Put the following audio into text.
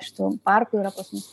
šitų parkų yra pas mus